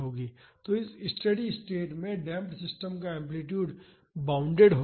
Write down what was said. तो इस steady state में डेमप्ड सिस्टम का एम्पलीटूड बॉउंडेड होगा